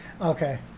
okay